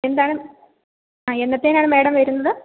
എന്താണ് ആ എന്നത്തെയ്നാണ് മേഡം വരുന്നത്